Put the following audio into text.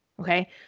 Okay